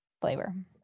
flavor